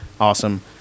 Awesome